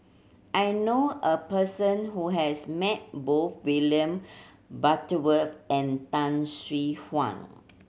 I know a person who has met both William Butterworth and Tan Swie Hian